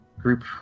group